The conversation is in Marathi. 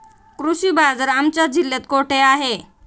कृषी बाजार आमच्या जिल्ह्यात कुठे आहे?